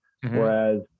Whereas